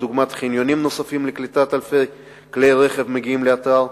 דוגמת חניונים נוספים לקליטת אלפי כלי הרכב המגיעים לאתר,